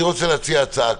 קארין, אני רוצה להציע הצעה: